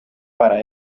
para